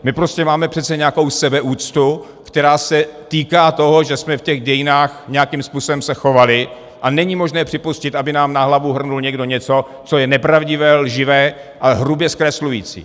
My prostě máme přece nějakou sebeúctu, která se týká toho, že jsme v těch dějinách se nějakým způsobem chovali, a není možné připustit, aby nám na hlavu hrnul někdo něco, co je nepravdivé, lživé a hrubě zkreslující.